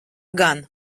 gan